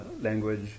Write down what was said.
language